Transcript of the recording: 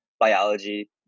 biology